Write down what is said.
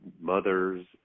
mother's